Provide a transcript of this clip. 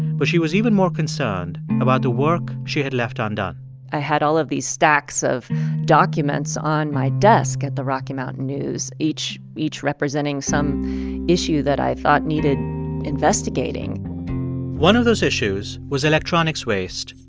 but she was even more concerned about the work she had left undone i had all of these stacks of documents on my desk at the rocky mountain news, each each representing some issue that i thought needed investigating one of those issues was electronics waste,